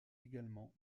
également